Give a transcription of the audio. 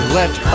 let